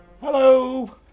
Hello